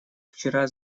вчера